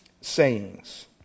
sayings